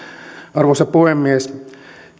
arvoisa puhemies